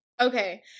Okay